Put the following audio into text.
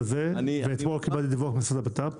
אתמול קיבלתי דיווח מהמשרד לביטחון פנים